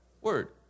Word